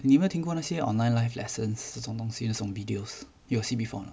你没听过那些 online live lessons 这种东西那种 videos you got see before not